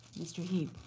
mr. heep.